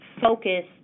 focus